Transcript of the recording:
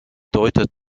deutet